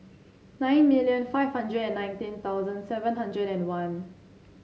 nine million five hundred and nineteen thousand seven hundred and one